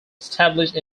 established